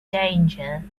danger